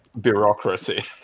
Bureaucracy